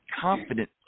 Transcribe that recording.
confident